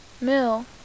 mill